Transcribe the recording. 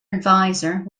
advisor